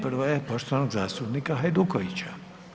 Prva je poštovanog zastupnika Hajdukovića.